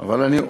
אבל אני,